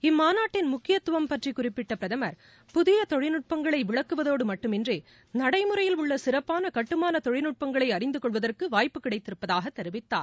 இம்மாநாட்டின் முக்கியத்துவம் பற்றி குறிப்பிட்ட பிரதமர் புதிய தொழில்நுட்பங்களை விளக்குவதோடு மட்டுமின்றி நடைமுறையில் உள்ள சிறப்பான கட்டுமான தொழில்நுட்பங்களை அறிந்துகொள்வதற்கு வாய்ப்பு கிடைத்திருப்பதாக தெரிவித்தார்